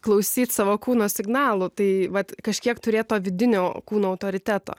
klausyt savo kūno signalų tai vat kažkiek turėt to vidinio kūno autoriteto